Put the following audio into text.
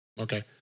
Okay